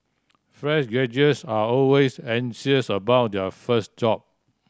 fresh graduates are always anxious about their first job